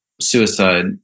suicide